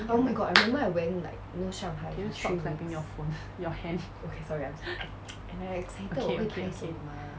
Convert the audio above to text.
can you stop clapping your phone your hand okay okay okay